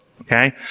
Okay